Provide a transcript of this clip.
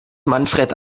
manfred